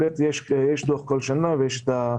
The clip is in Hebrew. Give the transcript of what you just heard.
כל שנה יש דוח.